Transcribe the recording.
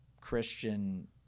Christian